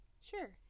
Sure